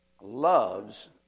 loves